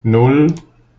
nan